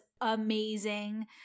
amazing